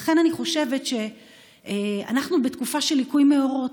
לכן אני חושבת שאנחנו בתקופה של ליקוי מאורות.